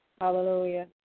Hallelujah